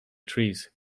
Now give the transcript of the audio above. trees